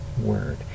word